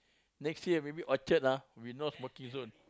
next year maybe orchard ah we no smoking zone